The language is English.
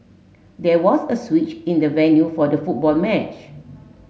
there was a switch in the venue for the football match